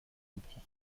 gebrochen